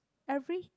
every